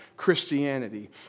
Christianity